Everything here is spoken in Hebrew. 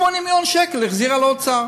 8 מיליון שקל היא החזירה לאוצר.